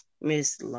Miss